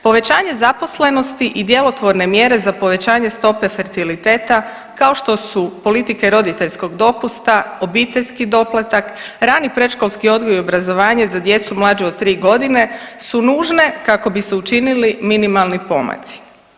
Povećanje zaposlenosti i djelotvorne mjere za povećanje stope fertiliteta kao što su politike roditeljskog dopusta, obiteljski doplatak, rani predškolski odgoj i obrazovanje za djecu mlađu od 3.g. su nužne kako bi se učinili minimalni pomaci.